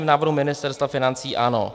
V návrhu Ministerstva financí ano.